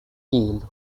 killed